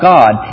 God